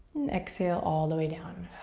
exhale all the way down.